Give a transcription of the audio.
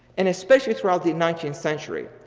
and especially throughout the nineteenth century,